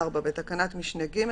(4) בתקנת משנה (ג),